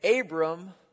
Abram